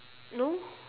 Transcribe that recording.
no